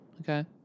Okay